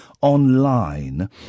online